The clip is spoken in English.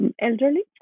elderly